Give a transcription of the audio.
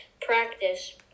practice